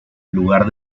lugar